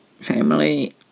family